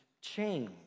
change